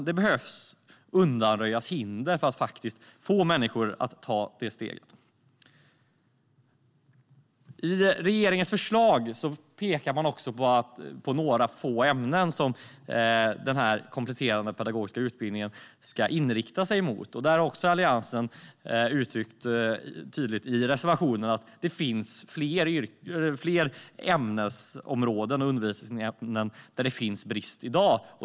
Vi behöver undanröja hinder för att få människor att ta det steget. I regeringens förslag pekar man på några få ämnen som den kompletterande pedagogiska utbildningen ska riktas mot. Alliansen har i sin reservation tydligt uttryckt att det finns fler ämnesområden och undervisningsämnen där det råder brist i dag.